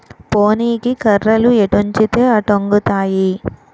పోనీకి కర్రలు ఎటొంచితే అటొంగుతాయి